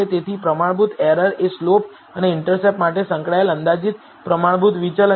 તેથી પ્રમાણભૂત એરર એ સ્લોપ અને ઇન્ટરસેપ્ટ માટે સંકળાયેલ અંદાજિત પ્રમાણભૂત વિચલન છે